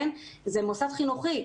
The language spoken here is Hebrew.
זה מוסד חינוכי,